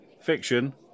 fiction